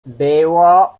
było